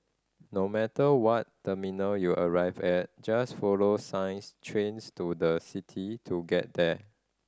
no matter what terminal you arrive at just follow signs Trains to the City to get there